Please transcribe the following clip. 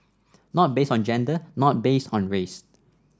not based on gender not based on race